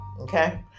okay